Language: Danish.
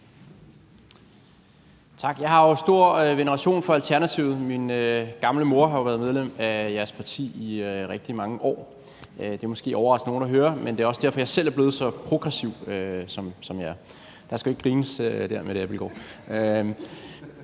Tak. Jeg har jo stor veneration for Alternativet. Min gamle mor har jo været medlem af jeres parti i rigtig mange år. Det er måske overraskende for nogle at høre, men det er derfor, jeg selv er blevet så progressiv, som jeg er. Der skulle ikke grines der, Mette Abildgaard.